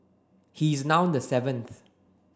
he is now the seventh